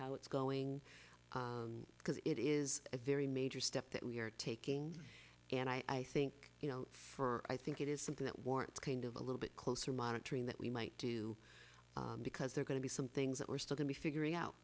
how it's going because it is a very major step that we're taking and i think you know for i think it is something that warrants kind of a little bit closer monitoring that we might do because they're going to be some things that we're still going to be figuring out